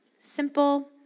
Simple